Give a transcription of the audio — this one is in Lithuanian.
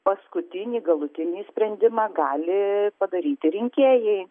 paskutinį galutinį sprendimą gali padaryti rinkėjai